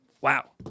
Wow